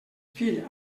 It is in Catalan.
fill